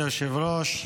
מכובדי היושב-ראש,